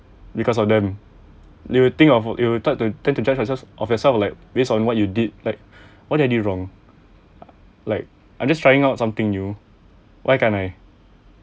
because of them you will think of you will start to tend to judge yourself like based on what you did like what did I did wrong like I'm just trying out something new why can't I